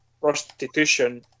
prostitution